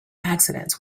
accidents